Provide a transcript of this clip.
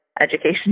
education